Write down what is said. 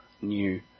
new